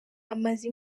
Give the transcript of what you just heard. amaze